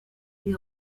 les